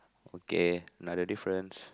okay another difference